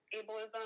ableism